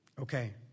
Okay